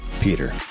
Peter